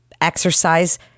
exercise